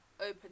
open